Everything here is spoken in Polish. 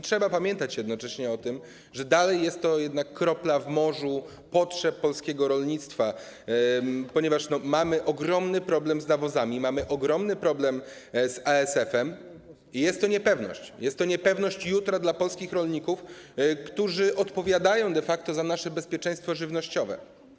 Trzeba jednocześnie pamiętać o tym, że dalej jest to jednak kropla w morzu potrzeb polskiego rolnictwa, ponieważ mamy ogromny problem z nawozami, mamy ogromny problem z ASF i jest to niepewność, jest to niepewność jutra dla polskich rolników, którzy odpowiadają de facto za nasze bezpieczeństwo żywnościowe.